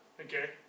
Okay